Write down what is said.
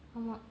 ஆமா:aamaa